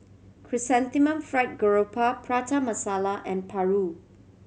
Chrysanthemum Fried Garoupa Prata Masala and Paru